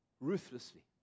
Ruthlessly